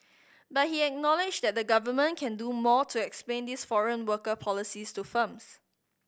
but he acknowledged that the Government can do more to explain its foreign worker policies to firms